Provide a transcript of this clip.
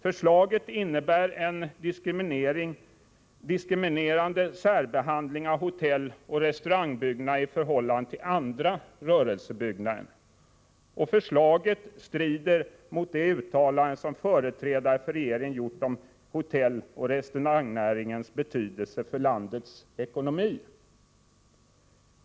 Förslaget innebär en diskriminerande särbehandling av hotelloch restaurangbyggnader i förhållande till andra rörelsebyggnader, och förslaget strider mot de uttalanden som företrädare för regeringen har gjort om hotelloch restaurangnäringens betydelse för landets ekonomi.